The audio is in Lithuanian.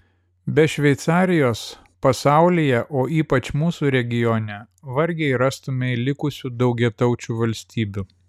be šveicarijos pasaulyje o ypač mūsų regione vargiai rastumei likusių daugiataučių valstybių